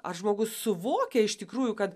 ar žmogus suvokia iš tikrųjų kad